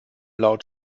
laut